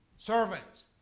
Servants